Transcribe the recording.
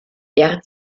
der